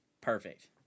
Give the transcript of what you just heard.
perfect